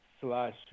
Slash